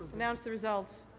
announce the result.